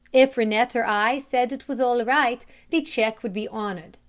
if rennett or i said it was all right the cheque would be honoured.